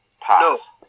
pass